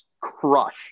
crush